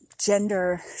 gender